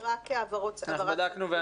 לא, רק העברות --- אנחנו בדקנו?